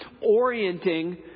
orienting